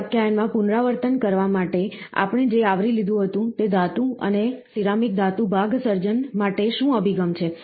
આ વ્યાખ્યાયન માં પુનરાવર્તન કરવા માટે આપણે જે આવરી લીધું હતું તે ધાતુ અને સિરામિક ધાતુ ભાગ સર્જન માટે શું અભિગમ છે